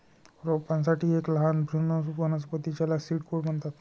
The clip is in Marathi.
रोपांसाठी एक लहान भ्रूण वनस्पती ज्याला सीड कोट म्हणतात